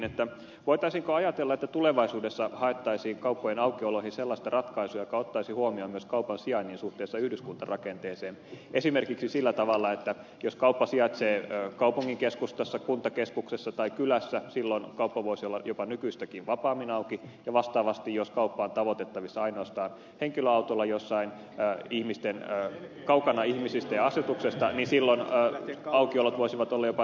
kysyisinkin voitaisiinko ajatella että tulevaisuudessa haettaisiin kauppojen aukioloihin sellaista ratkaisua joka ottaisi huomioon myös kaupan sijainnin suhteessa yhdyskuntarakenteeseen esimerkiksi sillä tavalla että jos kauppa sijaitsee kaupungin keskustassa kuntakeskuksessa tai kylässä silloin kauppa voisi olla jopa nykyistäkin vapaammin auki ja vastaavasti jos kauppa on tavoitettavissa ainoastaan henkilöautolla jossain kaukana ihmisistä ja asutuksesta niin silloin aukiolot voisivat olla jopa nykyistä tiukempia